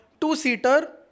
two-seater